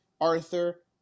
Arthur